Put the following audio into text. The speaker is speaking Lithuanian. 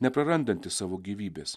neprarandantis savo gyvybės